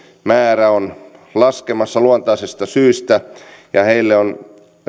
määrä on laskemassa luontaisesta syystä heille on